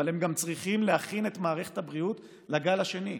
אבל גם צריכים להכין את מערכת הבריאות לגל השני.